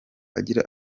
agira